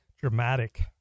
dramatic